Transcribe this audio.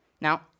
Now